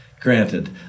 Granted